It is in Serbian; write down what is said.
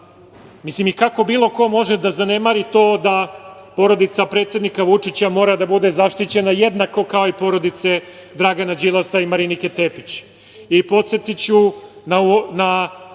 prava? Kako bilo ko može da zanemari to da porodica predsednika Vučića mora da bude zaštićena jednako, kao i porodice Dragana Đilasa i Marinike